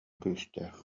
күүстээх